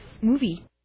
movie